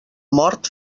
mort